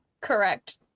correct